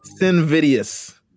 Sinvidius